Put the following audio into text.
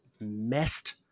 messed